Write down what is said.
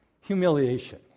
Humiliation